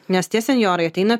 nes tie senjorai ateina